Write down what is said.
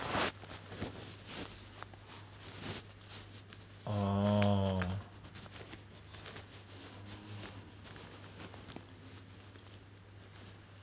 oh